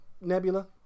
Nebula